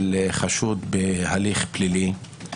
של חשוד בהליך פלילי,